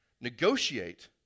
Negotiate